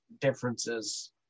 differences